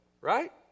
right